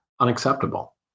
Unacceptable